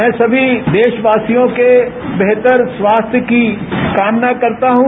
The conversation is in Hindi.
मैं सभी देशवासियों के बेहतर स्वास्थ्य की कामना करता हूं